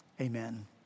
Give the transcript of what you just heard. Amen